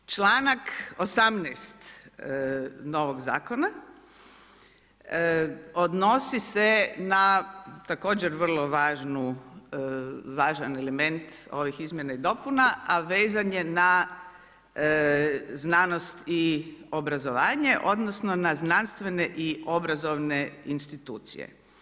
Članak 18. novog zakona, odnosi se na također vrlo važan element ovih izmjena i dopuna a vezan je na znanosti i obrazovanje, odnosno, na znanstvene i obrazovne institucije.